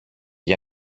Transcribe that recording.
για